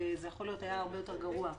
וזה היה יכול להיות הרבה יותר גרוע.